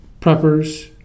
Preppers